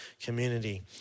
community